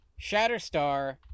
Shatterstar